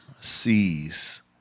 sees